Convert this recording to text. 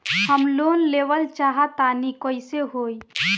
हम लोन लेवल चाह तानि कइसे होई?